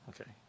Okay